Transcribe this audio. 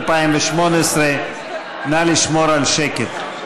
התשע"ח 2018. נא לשמור על שקט.